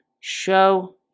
show